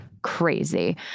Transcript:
crazy